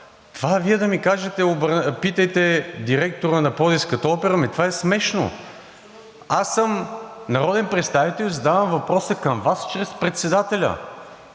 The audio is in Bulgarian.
Това Вие да ми кажете – питайте директора на Пловдивската опера, ами това е смешно. Аз съм народен представител и задавам въпроса към Вас чрез председателя.